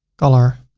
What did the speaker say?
color.